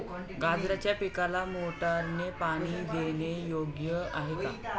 गाजराच्या पिकाला मोटारने पाणी देणे योग्य आहे का?